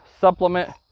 supplement